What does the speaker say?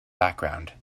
background